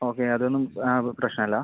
okay അത് ഒന്നും ഇപ്പം പ്രശ്നമില്ല